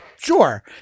Sure